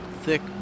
thick